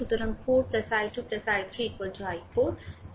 সুতরাং 4 i2 i3 i4